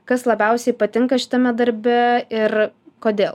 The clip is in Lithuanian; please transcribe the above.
kas labiausiai patinka šitame darbe ir kodėl